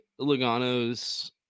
Logano's